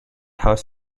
house